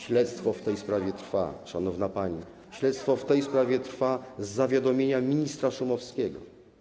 Śledztwo w tej sprawie trwa, szanowna pani, śledztwo w tej sprawie trwa z zawiadomienia ministra Szumowskiego.